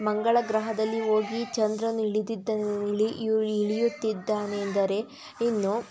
ಮಂಗಳ ಗ್ರಹದಲ್ಲಿ ಹೋಗಿ ಚಂದ್ರನು ಇಳಿದಿದ್ದನ್ನು ಇಳಿ ಇಳಿಯುತ್ತಿದ್ದಾನೆ ಅಂದರೆ ಇನ್ನು